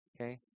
Okay